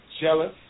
jealous